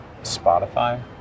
Spotify